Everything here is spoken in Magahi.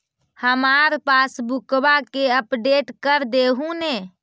हमार पासबुकवा के अपडेट कर देहु ने?